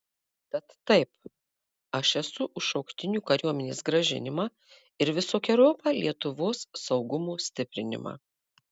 tad taip aš esu už šauktinių kariuomenės grąžinimą ir visokeriopą lietuvos saugumo stiprinimą